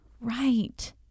Right